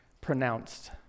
pronounced